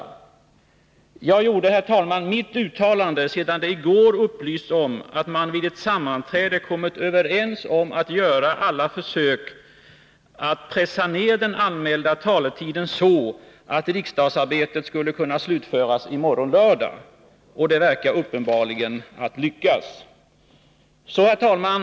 Men jag gjorde, herr talman, mitt uttalande sedan det i går upplysts om att man vid ett sammanträde kommit överens om att på alla sätt försöka pressa ner den anmälda talartiden så att riksdagsarbetet skulle kunna slutföras i morgon, lördag. Uppenbarligen kommer det att lyckas. Herr talman!